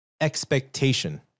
expectation